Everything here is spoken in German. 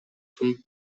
von